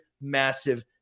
massive